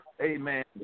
Amen